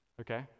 okay